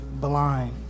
blind